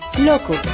Loco